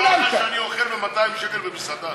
נראה לך שאני אוכל ב-200 שקל במסעדה?